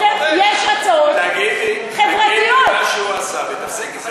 תגידי מה שהוא עשה ותפסיקי.